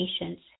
patients